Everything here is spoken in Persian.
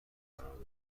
قرار